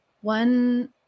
one